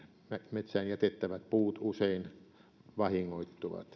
metsään jätettävät puut usein vahingoittuvat